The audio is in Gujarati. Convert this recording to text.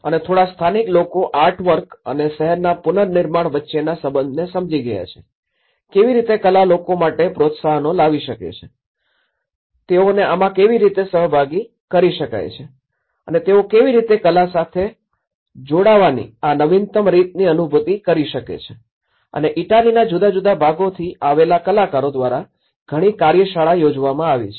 અને થોડા સ્થાનિક લોકો આર્ટવર્ક અને શહેરના પુનર્નિર્માણ વચ્ચેના સંબંધને સમજી ગયા છે કેવી રીતે કલા લોકો માટે પ્રોત્સાહનો લાવી શકે છે તેઓને આમા કેવી રીતે સહભાગી કરી શકાય છે અને તેઓ કેવી રીતે કલા સાથે જોડાવાની આ નવીનતમ રીતની અનુભૂતિ કરી શકે છે અને ઇટાલીના જુદા જુદા ભાગોથી આવેલા કલાકારો દ્વારા ઘણી કાર્યશાળા યોજવામાં આવી છે